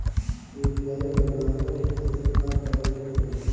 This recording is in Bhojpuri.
यू.पी.आई बनावे के खातिर का करे के पड़ी?